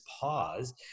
pause